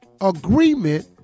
agreement